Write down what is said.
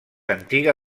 antiga